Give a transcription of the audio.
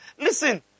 Listen